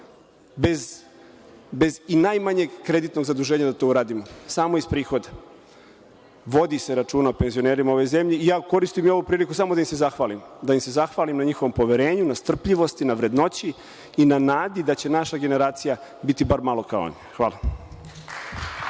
bez i najmanjeg kreditnog zaduženja da to uradimo. Samo iz prihoda. Vodi se računa o penzionerima u ovoj zemlji i ja koristim i ovu priliku samo da im se zahvalim, da im se zahvalim na njihovom poverenju, na strpljivosti na vrednoći i na nadi da će naša generacija biti bar malo kao oni. Hvala.